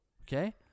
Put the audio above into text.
Okay